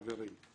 חברים.